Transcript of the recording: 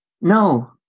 No